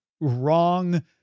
wrong